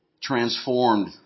transformed